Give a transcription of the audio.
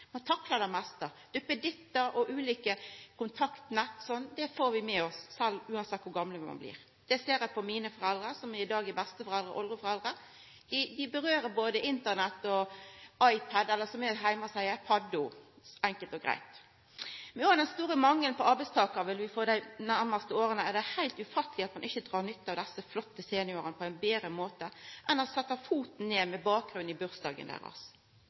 taklar det meste: duppedittar og ulike kontaktnett og sånt får vi med oss, uansett kor gamle vi blir. Det ser eg på mine foreldre, som i dag er besteforeldre og oldeforeldre. Dei driv med både Internett og iPad – eller «paddo», som vi enkelt og greitt seier heime. Med den store mangelen på arbeidstakarar vi vil få dei nærmaste åra, er det heilt ufatteleg at ein ikkje dreg nytte av desse flotte seniorane på ein betre måte enn å setja foten ned med bakgrunn i bursdagen deira.